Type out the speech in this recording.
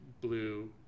blue